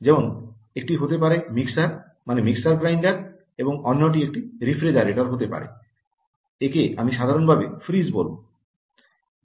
যেমন একটি হতে পারে মিক্সার মানে মিক্সার গ্রাইন্ডার এবং অন্যটি একটি রেফ্রিজারেটর হতে পারে একে আমি সাধারণভাবে ফ্রিজ বলবো